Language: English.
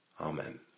amen